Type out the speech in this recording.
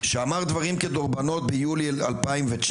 שאמר דברים כדורבנות ביוני 2019,